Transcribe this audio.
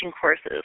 courses